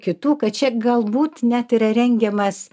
kitų kad čia galbūt net yra rengiamas